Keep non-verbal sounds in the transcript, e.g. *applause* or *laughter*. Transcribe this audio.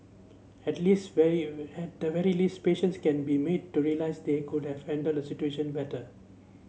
at least very *unintelligible* at the very least patients can be made to realise they could have handled the situation better